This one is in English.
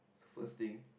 first thing